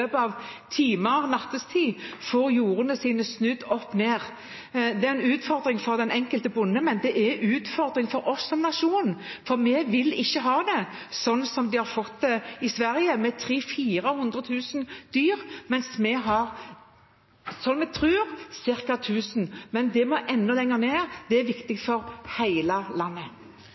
av timer nattetid får jordene sine snudd opp ned. Det er en utfordring for den enkelte bonde, men det er også en utfordring for oss som nasjon, for vi vil ikke ha det slik som de har fått det i Sverige, med 300 000–400 000 dyr, mens vi har, slik vi tror, ca. 1 000. Men det tallet må enda lenger ned. Det er viktig for hele landet.